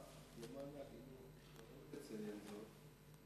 למען ההגינות חייבים לציין זאת,